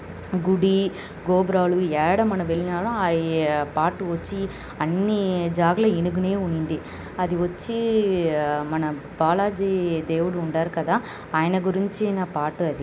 గుడి గోపురాలు ఎక్కడ మనం వెళ్ళినామో అవి పాట వచ్చి అన్నీ జాగాలో వినగనే ఉన్నింది అది వచ్చి మన బాలాజీ దేవుడు ఉండారు కదా ఆయన గురించిన పాటు అది